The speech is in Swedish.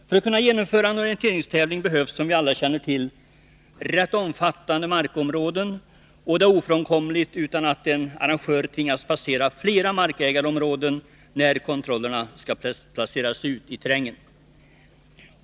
För att kunna genomföra en orienteringstävling behövs, som vi alla känner till, rätt omfattande markområden, och det är ofrånkomligt att en arrangör tvingas passera flera markägarområden när kontrollerna skall placeras ut i terrängen.